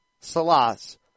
Salas